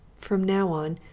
from now on,